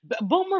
Boomer